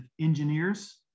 engineers